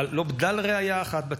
לא היה בדל ראיה אחת בתיק.